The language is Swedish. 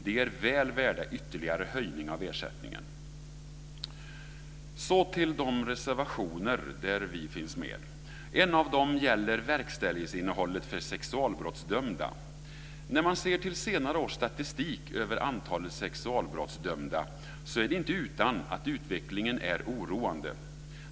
De är väl värda ytterligare höjning av ersättningen. Så till de reservationer där vi finns med. En av dem gäller verkställighetsinnehållet för sexualbrottsdömda. När man ser till senare års statistik över antalet sexualbrottsdömda är det inte utan att utvecklingen är oroande.